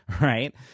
right